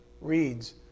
reads